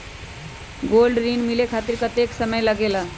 Gold ऋण मिले खातीर कतेइक समय लगेला?